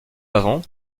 pavant